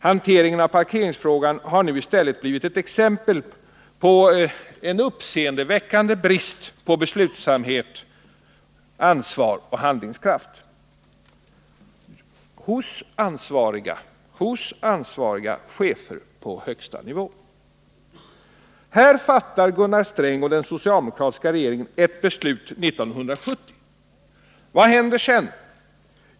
Hanteringen av parkeringsfrågan har nu blivit ett exempel på en uppseendeväckande brist på beslutsamhet, ansvar och handlingskraft hos ansvariga chefer på högsta nivå. Här fattar Gunnar Sträng och den socialdemokratiska regeringen ett beslut år 1970. Vad händer sedan?